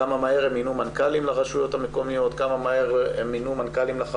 כמה מהר הם מינו מנכ"לים לרשויות המקומיות,